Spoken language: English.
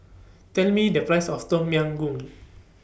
Tell Me The Price of Tom Yam Goong